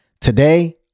today